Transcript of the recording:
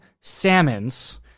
Salmons